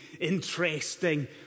interesting